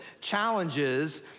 Challenges